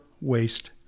waste